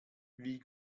wie